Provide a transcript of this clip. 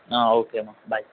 okay మా bye